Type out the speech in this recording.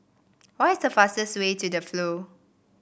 what is the fastest way to The Flow